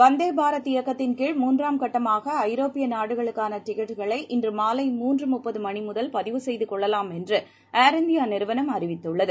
வந்தே பாரத் இயக்கத்தின் கீழ் மூன்றாம் கட்டமாக ஐரோப்பிய நாடுகளுக்கான டிக்கெட்டுக்களை இன்று மாலை மூன்று முப்பது மணி முதல் பதிவு செய்து கொள்ளலாம் என்று ஏர் இந்தியா நிறுவனம் அறிவித்துள்ளது